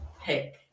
pick